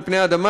על פני האדמה,